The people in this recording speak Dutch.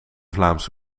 vlaams